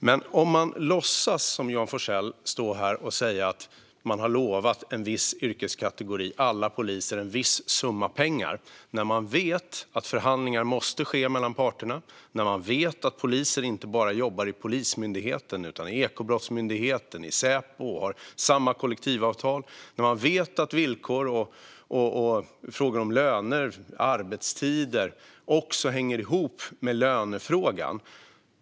Men Johan Forssell låtsas att man har lovat en viss yrkeskategori, alla poliser, en viss summa pengar. Han står här och säger detta trots att han vet att förhandlingar måste ske mellan parterna och att poliser inte bara jobbar i Polismyndigheten utan också i Ekobrottsmyndigheten och Säpo. Han vet att man har samma kollektivavtal och att villkor och frågor om löner och arbetstider också hänger ihop med lönefrågan.